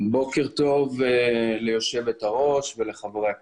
בוקר טוב ליושבת-ראש ולחברי הכנסת.